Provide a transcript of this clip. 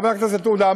חבר הכנסת עודה,